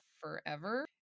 forever